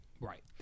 Right